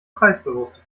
preisbewusste